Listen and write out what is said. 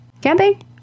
camping